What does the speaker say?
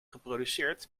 geproduceerd